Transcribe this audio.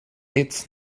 it’s